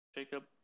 Jacob